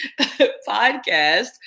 Podcast